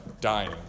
dying